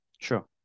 Sure